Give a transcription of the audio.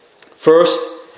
First